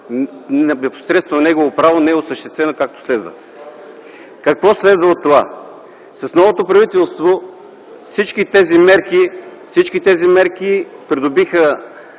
непосредствено негово право не е осъществено, както следва. Какво следва от това? С новото правителство всички тези мерки придобиха